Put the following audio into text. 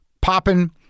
popping